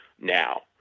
now